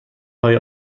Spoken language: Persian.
های